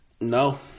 No